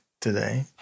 today